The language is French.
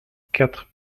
quatre